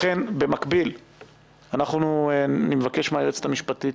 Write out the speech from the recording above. לכן במקביל אני מבקש מהיועצת המשפטית